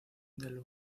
del